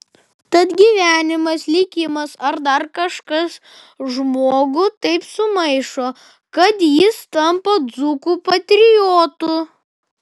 tad gyvenimas likimas ar dar kažkas žmogų taip sumaišo kad jis tampa dzūkų patriotu